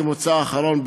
כמוצא אחרון,